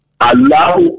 allow